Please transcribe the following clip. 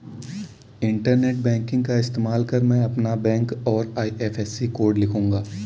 internet banking का इस्तेमाल कर मैं अपना बैंक और आई.एफ.एस.सी कोड लिखूंगा